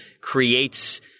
creates